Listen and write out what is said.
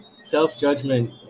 Self-judgment